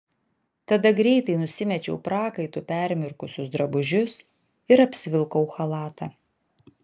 tada greitai nusimečiau prakaitu permirkusius drabužius ir apsivilkau chalatą